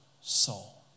soul